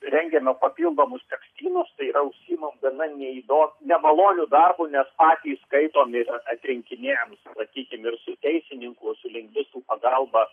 rengiame papildomus tekstynus tai yra užsiimam gana neįdo nemaloniu darbu nes patys skaitom ir atrinkinėjam sakykim ir su teisininkų su lingvistų pagalba